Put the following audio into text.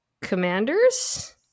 commanders